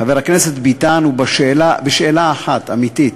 חבר הכנסת ביטן, הוא בשאלה אחת אמיתית: